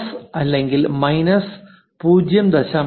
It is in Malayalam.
പ്ലസ് അല്ലെങ്കിൽ മൈനസ് 0